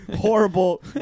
horrible